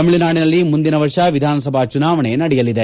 ತಮಿಳುನಾಡಿನಲ್ಲಿ ಮುಂದಿನ ವರ್ಷ ವಿಧಾನಸಭಾ ಚುನಾವಣೆ ನಡೆಯಲಿದೆ